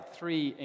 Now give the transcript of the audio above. Three